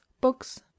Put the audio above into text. books